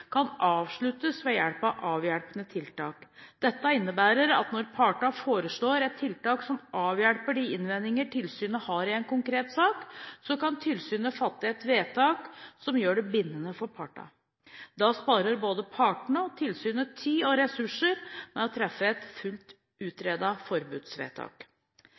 kan avsluttes ved hjelp av avhjelpende tiltak. Dette innebærer at når partene foreslår et tiltak som avhjelper de innvendinger tilsynet har i en konkret sak, så kan tilsynet fatte et vedtak som gjør det bindende for partene. Da sparer både partene og tilsynet tid og ressurser med å treffe et fullt utredet forbudsvedtak.